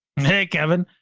hey kevin,